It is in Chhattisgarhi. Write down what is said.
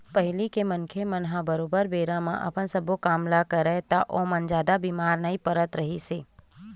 पहिली के मनखे मन ह बरोबर बेरा म अपन सब्बो काम ल करय ता ओमन ह जादा बीमार नइ पड़त रिहिस हे